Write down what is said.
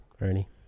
Ernie